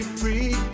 free